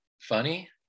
funny